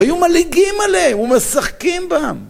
היו מלעיגים עליהם ומשחקים בם